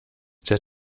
der